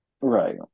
Right